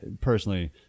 personally